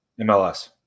MLS